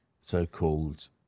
so-called